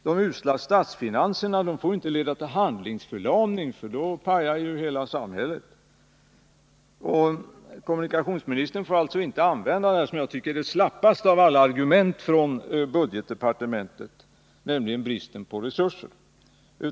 De usla statsfinanserna får inte leda till handlingsförlamning, för då ”pajar” ju hela samhället. Kommunikationsministern bör alltså inte använda detta, som jag tycker, slappaste av alla argument från budgetdepartementet, nämligen bristen på resurser.